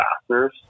fasteners